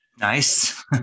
nice